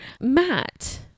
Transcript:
Matt